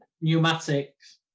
Pneumatics